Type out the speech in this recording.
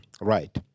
Right